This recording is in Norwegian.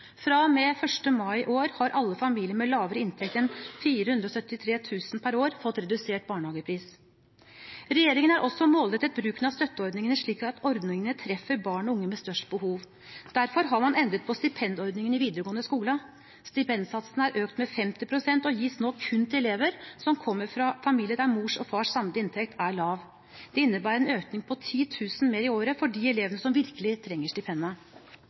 mai i år har alle familier med lavere inntekt enn 473 000 kr per år fått redusert barnehagepris. Regjeringen har også målrettet bruken av støtteordningene, slik at ordningene treffer barn og unge med størst behov. Derfor har man endret på stipendordningene i videregående skole. Stipendsatsene er økt med 50 pst. og gis nå kun til elever som kommer fra familier der mors og fars samlede inntekt er lav. Det innebærer en økning på 10 000 kr mer i året for de elevene som virkelig trenger